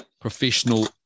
professional